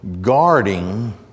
guarding